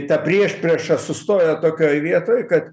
ta priešprieša sustojo tokioj vietoj kad